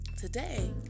today